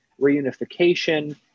reunification